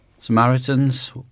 Samaritans